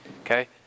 Okay